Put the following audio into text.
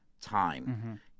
time